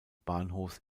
bahnhofs